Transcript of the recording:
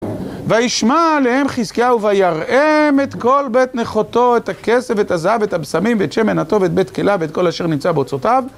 וישמע עליהם חזקיהו ויראם את כל בית נכתה את הכסף ואת הזהב ואת הבשמים ואת שמן הטוב ואת בית כליו ואת כל אשר נמצא באוצרתיו